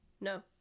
No